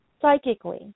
psychically